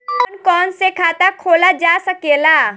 कौन कौन से खाता खोला जा सके ला?